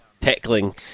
tackling